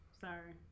Sorry